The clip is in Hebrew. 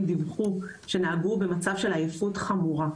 דיווחו שהם נהגו במצב של עייפות חמורה.